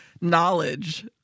knowledge